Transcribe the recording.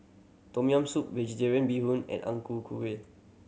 Tom Yam Soup Vegetarian Bee Hoon and Ang Ku Kueh